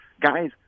guys